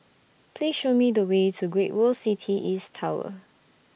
Please Show Me The Way to Great World City East Tower